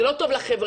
זה לא טוב לחברה.